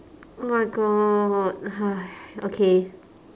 oh my god !haiya! okay